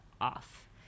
off